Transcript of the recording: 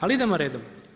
Ali idemo redom.